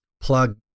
plug